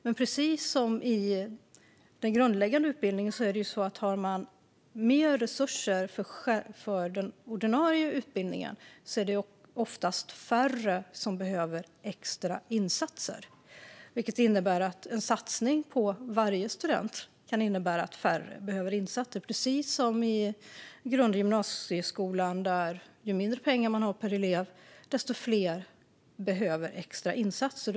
Det är precis som i den grundläggande utbildningen: Har man mer resurser för den ordinarie utbildningen är det oftast färre som behöver extra insatser. En satsning på varje student kan då innebära att färre behöver insatser. Det är precis som det är i grund och gymnasieskolan: Ju mindre pengar man har per elev, desto fler behöver extra insatser.